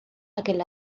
aquel